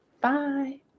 Bye